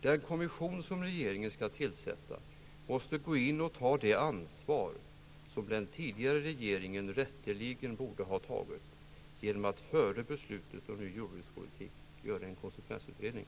Den kommission som regeringen skall tillsätta måste gå in och ta det ansvar som den tidigare regeringen rätteligen borde ha tagit genom att före beslutet om ny jordbrukspolitik göra en konsekvensutredning.